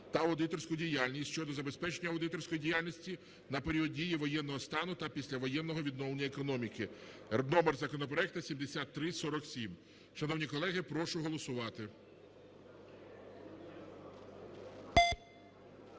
та аудиторську діяльність" щодо забезпечення аудиторської діяльності на період дії воєнного стану та післявоєнного відновлення економіки (номер законопроекту 7347). Шановні колеги, прошу голосувати.